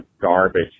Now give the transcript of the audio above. garbage